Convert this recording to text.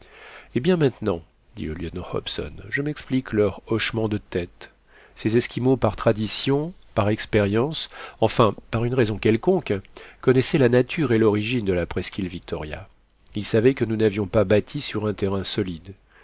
eh bien maintenant dit le lieutenant hobson je m'explique leurs hochements de tête ces esquimaux par tradition par expérience enfin par une raison quelconque connaissaient la nature et l'origine de la presqu'île victoria ils savaient que nous n'avions pas bâti sur un terrain solide